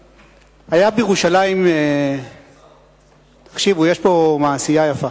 תקשיבו, יש פה מעשייה יפה.